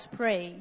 pray